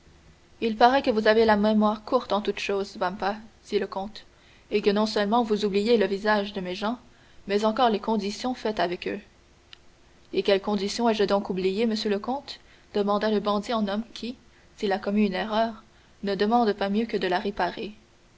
il paraît que vous avez la mémoire courte en toute chose vampa dit le comte et que non seulement vous oubliez le visage des gens mais encore les conditions faites avec eux et quelles conditions ai-je donc oubliées monsieur le comte demanda le bandit en homme qui s'il a commis une erreur ne demande pas mieux que de la réparer